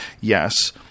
yes